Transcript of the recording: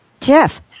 Jeff